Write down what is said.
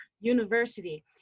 University